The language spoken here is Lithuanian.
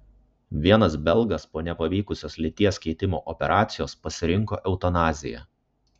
vienas belgas po nepavykusios lyties keitimo operacijos pasirinko eutanaziją